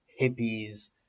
hippies